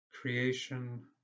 creation